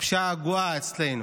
הפשיעה הגואה אצלנו.